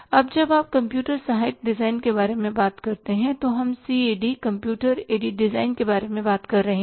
अब जब आप कंप्यूटर सहायक डिज़ाइन के बारे में बात कर रहे हैं तो हम सीएडी कंप्यूटर एडेड डिज़ाइन के बारे में बात कर रहे हैं